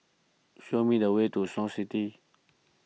show me the way to Snow City